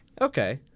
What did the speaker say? Okay